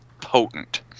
potent